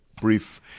brief